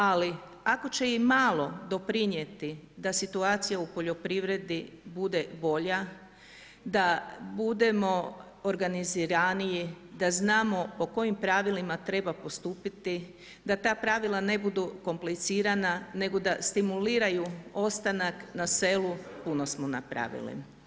Ali ako će i malo doprinijeti da situacija u poljoprivredi bude bolja, da budemo organiziraniji, da znamo po kojim pravilima treba postupiti, da ta pravila ne budu komplicirana nego da stimuliraju ostanak na selu puno smo napravili.